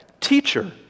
Teacher